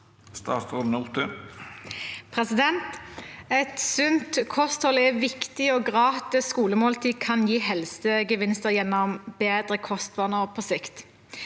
Et sunt kosthold er viktig, og gratis skolemåltid kan gi helsegevinster gjennom bedre kostvaner på sikt.